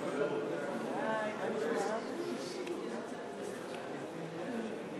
לברך את חברי הטוב חבר הכנסת עיסאווי פריג'.